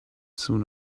soon